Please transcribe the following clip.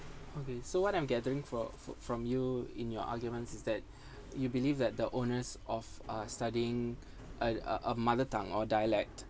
okay so what I'm gathering for from you in your arguments is that you believe that the onus of uh studying a a mother tongue or dialect